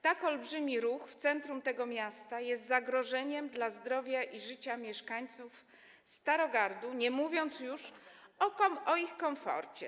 Tak olbrzymi ruch w centrum miasta jest zagrożeniem dla zdrowia i życia mieszkańców Starogardu, nie mówiąc już o ich komforcie.